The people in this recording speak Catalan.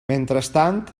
mentrestant